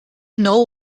know